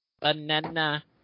Banana